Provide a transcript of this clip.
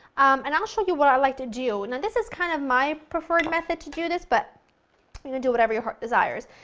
and i'll show you what i like to do, now you know this is kind of my preferred method to do this but you can do whatever your heart desires.